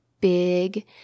big